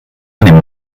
einem